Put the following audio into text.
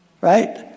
right